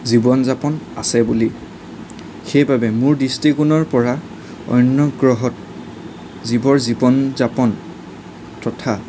জীৱন যাপন আছে বুলি সেইবাবে মোৰ দৃষ্টিকোণৰ পৰা অন্য গ্ৰহত জীৱৰ জীৱন যাপন তথা